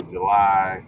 July